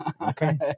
Okay